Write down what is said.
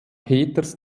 peters